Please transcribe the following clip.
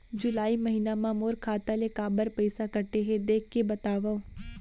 जुलाई महीना मा मोर खाता ले काबर पइसा कटे हे, देख के बतावव?